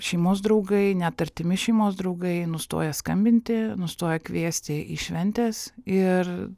šeimos draugai net artimi šeimos draugai nustoja skambinti nustoja kviesti į šventes ir